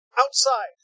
outside